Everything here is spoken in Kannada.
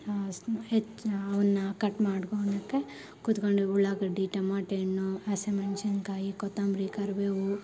ಅಸ್ನ್ ಹೆಚ್ಚು ಅವನ್ನ ಕಟ್ ಮಾಡ್ಕೊಳ್ಳೋಕೆ ಕೂತ್ಕೊಂಡು ಉಳ್ಳಾಗಡ್ಡಿ ಟಮಾಟೆ ಹಣ್ಣು ಹಸಿ ಮೆಣಸಿನ್ಕಾಯಿ ಕೊತ್ತಂಬರಿ ಕರಿಬೇವು